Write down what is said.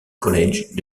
college